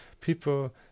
people